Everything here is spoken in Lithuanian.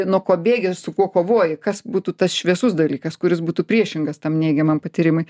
nuo ko bėgi su kuo kovoji kas būtų tas šviesus dalykas kuris būtų priešingas tam neigiamam patyrimui